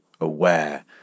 aware